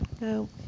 No